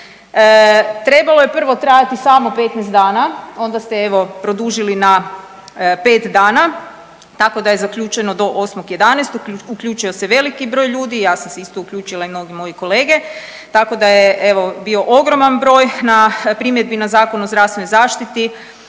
trebalo je prvo trajati samo 15 dana onda ste evo produžili na 5 dana tako da je zaključeno do 8.11. Uključio se veliki broj ljudi, ja sam se isto uključila i moji kolege tako da je evo bio ogroman broj na primjedbi na Zakon o zdravstvenoj zaštiti,